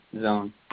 zone